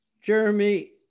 Jeremy